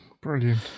brilliant